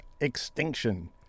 extinction